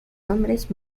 hombres